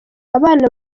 abana